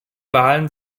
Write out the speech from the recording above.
wahlen